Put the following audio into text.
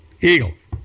eagles